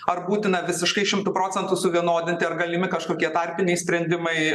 ar būtina visiškai šimtu procentų suvienodinti ar galimi kažkokie tarpiniai sprendimai